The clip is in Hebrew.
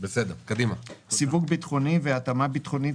""סיווג ביטחוני" ו-"התאמה ביטחונית"